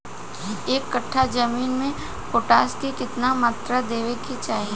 एक कट्ठा जमीन में पोटास के केतना मात्रा देवे के चाही?